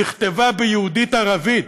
נכתבה ביהודית-ערבית,